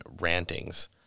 rantings